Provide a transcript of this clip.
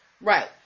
Right